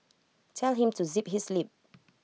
tell him to zip his lip